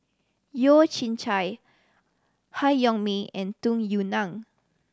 Yeo Chye Han Yong May and Tung Yue Nang